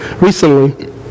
recently